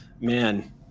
Man